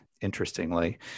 interestingly